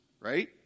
right